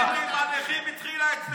התוכנית עם הנכים התחילה אצלנו.